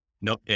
no